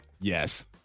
Yes